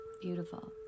Beautiful